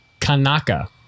Kanaka